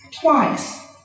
twice